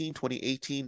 2018